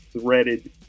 threaded